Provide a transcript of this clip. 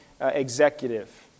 executive